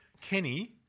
Kenny